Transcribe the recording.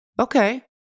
Okay